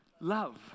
love